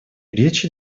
речь